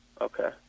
Okay